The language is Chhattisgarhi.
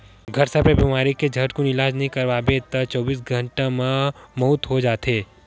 घटसर्प बेमारी के झटकुन इलाज नइ करवाबे त चौबीस घंटा म मउत हो जाथे